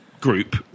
group